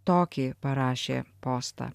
tokį parašė postą